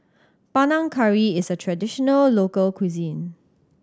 Panang Curry is a traditional local cuisine